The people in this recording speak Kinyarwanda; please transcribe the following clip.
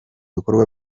bikorwa